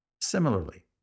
Similarly